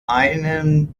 einem